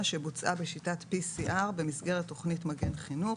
שבוצעה בשיטת PCR במסגרת תכנית "מגן חינוך"